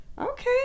okay